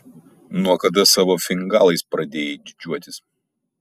nuo kada savo fingalais pradėjai didžiuotis